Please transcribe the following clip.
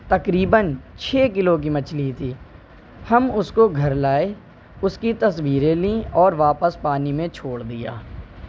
تقریباً چھ کلو کی مچھلی تھی ہم اس کو گھر لائے اس کی تصویریں لیں اور واپس پانی میں چھوڑ دیا